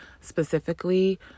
specifically